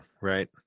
right